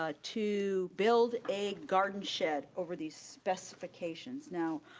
ah to build a garden shed over these specifications. now,